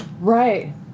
right